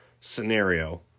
scenario